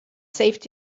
saved